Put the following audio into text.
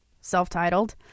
Self-titled